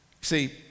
See